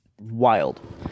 Wild